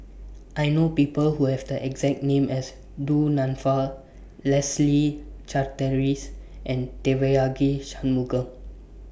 I know People Who Have The exact name as Du Nanfa Leslie Charteris and Devagi Sanmugam